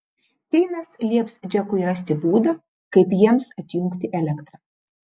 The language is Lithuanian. keinas lieps džekui rasti būdą kaip jiems atjungti elektrą